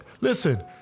listen